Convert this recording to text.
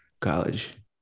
college